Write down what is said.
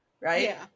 right